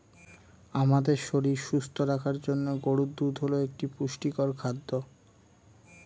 আমাদের শরীর সুস্থ রাখার জন্য গরুর দুধ হল একটি পুষ্টিকর খাদ্য